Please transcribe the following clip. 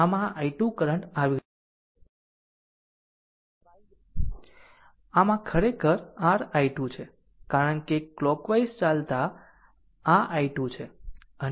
આમ આ i2 current આવી રહ્યો છે આમ આ ખરેખર r i2 છે કારણ કે કલોકવાઈઝ ચાલતા આ i2 છે